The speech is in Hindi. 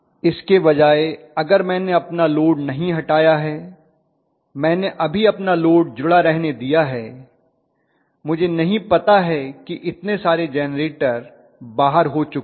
इसके बजाय अगर मैंने अपना लोड नहीं हटाया है मैंने अभी अपना लोड जुड़ा रहने दिया है मुझे नहीं पता है कि इतने सारे जेनरेटर बाहर हो चुके हैं